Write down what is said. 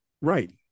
Right